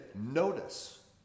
notice